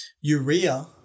Urea